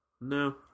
no